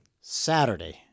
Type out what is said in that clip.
Saturday